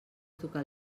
tocar